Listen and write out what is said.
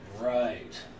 Right